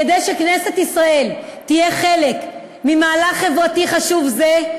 כדי שכנסת ישראל תהיה חלק ממהלך חברתי חשוב זה,